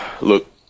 look